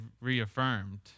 reaffirmed